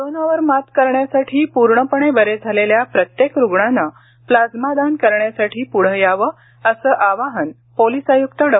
कोरोनावर मात करण्यासाठी पूर्णपणे बरे झालेल्या प्रत्येक रुग्णांनी प्लाझ्मा दान करण्यासाठी पुढे यावे असे आवाहन पोलीस आयुक्त डॉ